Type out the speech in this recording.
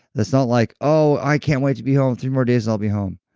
it's not like, oh, i can't wait to be home, three more days and i'll be home.